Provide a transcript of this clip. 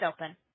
open